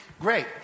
Great